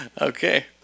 Okay